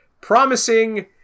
promising